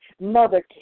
Mother